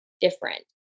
different